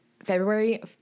february